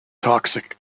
toxic